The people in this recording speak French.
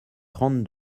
trente